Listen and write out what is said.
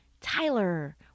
Tyler